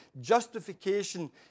justification